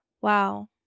Wow